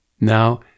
Now